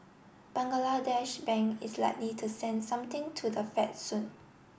Bangladesh Bank is likely to send something to the Fed soon